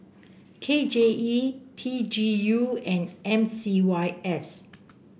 K J E P G U and M C Y S